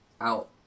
out